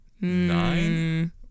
nine